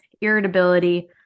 irritability